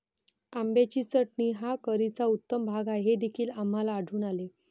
आंब्याची चटणी हा करीचा उत्तम भाग आहे हे देखील आम्हाला आढळून आले